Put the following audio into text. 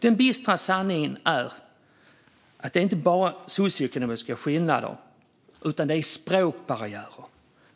Den bistra sanningen är att det inte är bara fråga om socioekonomiska skillnader, utan det är fråga om språkbarriärer